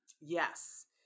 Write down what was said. Yes